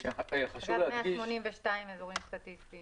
יש 182 אזורים סטטיסטיים